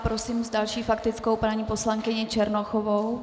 Prosím s další faktickou paní poslankyni Černochovou.